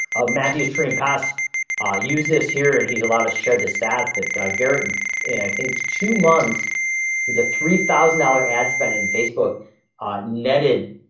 ah matthew's tree and pass ah uses here and he's allowed to shed the stats but ah garrett and and i think two months the three thousand dollars ad spend in facebook ah netted.